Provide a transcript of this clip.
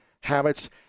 habits